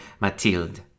Mathilde